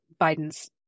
Biden's